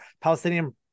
Palestinian